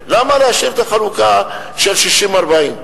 למה להשאיר את החלוקה של 60 40?